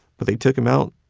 but they took him out